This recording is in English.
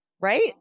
Right